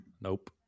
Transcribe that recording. Nope